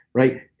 right?